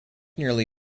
nearly